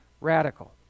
radical